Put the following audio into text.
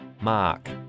Mark